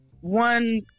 one